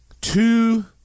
two